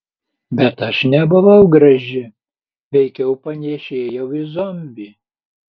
bet aš nebuvau graži veikiau panėšėjau į zombį